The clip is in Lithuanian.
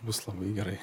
bus labai gerai